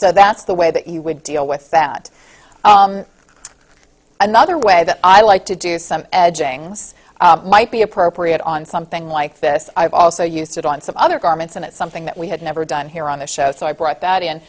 so that's the way that you would deal with that another way that i like to do some edging this might be appropriate on something like this i've also used it on some other garments and it's something that we had never done here on the show so i brought that